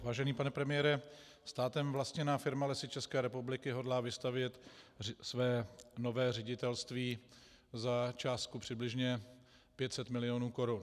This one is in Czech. Vážený pane premiére, státem vlastněná firma Lesy České republiky hodlá vystavět své nové ředitelství za částku přibližně 500 milionů korun.